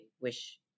wish